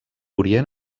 orient